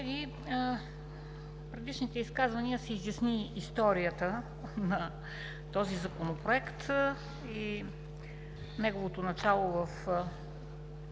в предишните изказвания се изясни историята на този Законопроект и неговото начало в